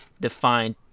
defined